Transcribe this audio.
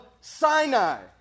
Sinai